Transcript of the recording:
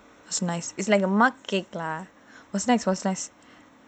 is nice is like a mud cake lah it was nice it was nice